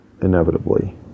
inevitably